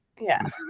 yes